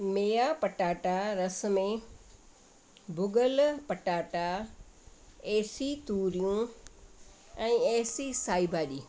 मेया पटाटा रस में भुॻल पटाटा एसी तुरियूं ऐं एसी साई भाॼी